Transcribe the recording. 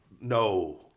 No